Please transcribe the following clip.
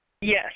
Yes